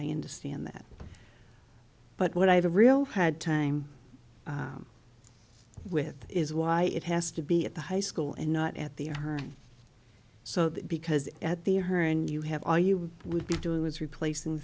i understand that but what i have a real had time with is why it has to be at the high school and not at the her so that because at the her and you have all you would be doing was replacing the